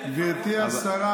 גברתי השרה